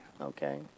Okay